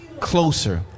closer